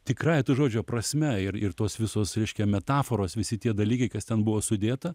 tikrąja to žodžio prasme ir ir tos visos reiškia metaforos visi tie dalykai kas ten buvo sudėta